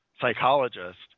psychologist